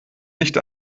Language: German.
nicht